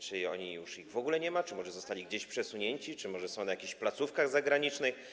Czy już ich w ogóle nie ma czy może zostali gdzieś przesunięci, czy może są na jakichś placówkach zagranicznych?